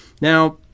Now